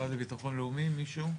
המשרד לביטחון לאומי, מישהו?